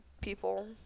people